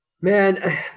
Man